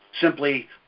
simply